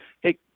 Hey